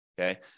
okay